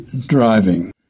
driving